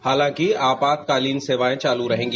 हालांकि आपातकालीन सेवाएं चालू रहेगी